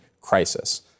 crisis